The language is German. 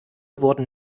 wurden